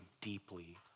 deeply